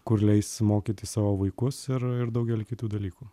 kur leis mokyti savo vaikus ir ir daugelį kitų dalykų